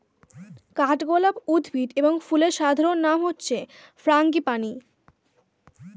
কাঠগোলাপ উদ্ভিদ এবং ফুলের সাধারণ নাম হচ্ছে ফ্রাঙ্গিপানি